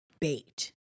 bait